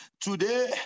today